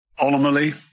Ultimately